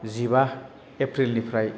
जिबा एप्रिलनिफ्राय